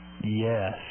Yes